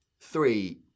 three